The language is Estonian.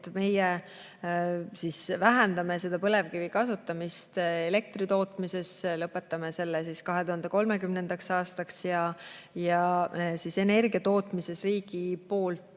et meie vähendame põlevkivi kasutamist elektritootmises, lõpetame selle 2030. aastaks, ja siis energiatootmises riigi poolt